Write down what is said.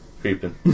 creeping